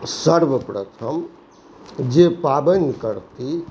सर्वप्रथम जे पाबनि करती